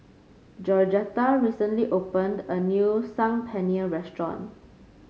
Georgetta recently opened a new Saag Paneer Restaurant